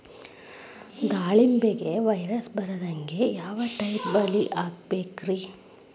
ದಾಳಿಂಬೆಗೆ ವೈರಸ್ ಬರದಂಗ ಯಾವ್ ಟೈಪ್ ಬಲಿ ಹಾಕಬೇಕ್ರಿ?